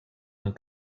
amb